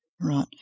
Right